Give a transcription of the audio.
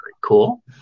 cool